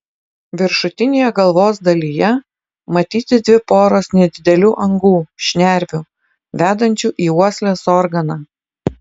viršutinėje galvos dalyje matyti dvi poros nedidelių angų šnervių vedančių į uoslės organą